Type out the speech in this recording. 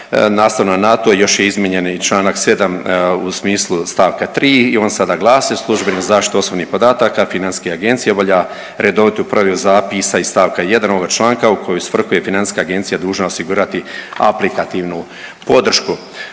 Nastavno na to još je izmijenjen i Članka 7. u smislu stavka 3. i on sada glasi. Uz službenu zaštitu osobnih podataka Financijska agencija obavlja redovitu provjeru zapisa iz stavka 1. ovoga članka u koju svrhu je Financijska agencija dužna osigurati aplikativnu podržku.